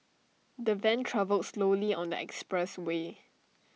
the van travelled slowly on the expressway